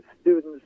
students